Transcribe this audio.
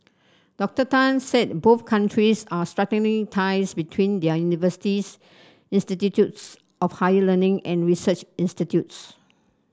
Doctor Tan said both countries are strengthening ties between their universities institutes of higher learning and research institutes